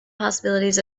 possibilities